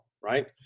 right